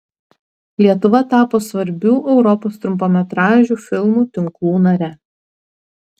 lietuva tapo svarbių europos trumpametražių filmų tinklų nare